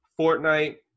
Fortnite